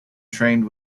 trained